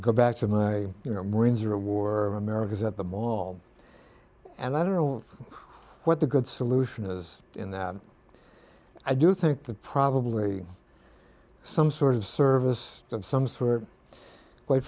go back to my you know marines reward america's at the mall and i don't know what the good solution is in that i do think that probably some sort of service